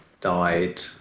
died